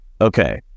Okay